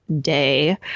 day